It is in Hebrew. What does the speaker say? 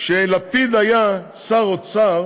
כשלפיד היה שר אוצר